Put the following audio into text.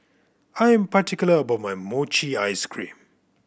I'm particular about my mochi ice cream